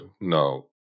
no